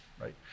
right